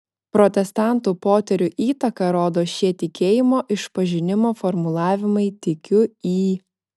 protestantų poterių įtaką rodo šie tikėjimo išpažinimo formulavimai tikiu į